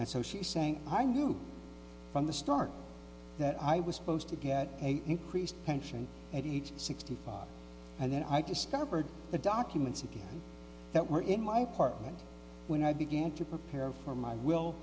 and so she's saying i knew from the start that i was supposed to get increased pension at each sixty five and then i discovered the documents that were in my apartment when i began to prepare for my will